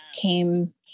came